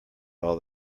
all